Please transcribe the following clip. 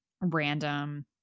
random